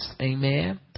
Amen